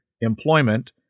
employment